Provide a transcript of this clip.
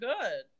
good